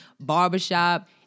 barbershop